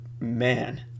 man